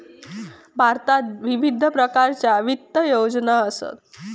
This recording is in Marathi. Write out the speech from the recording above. भारतात विविध प्रकारच्या वित्त योजना असत